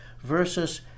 versus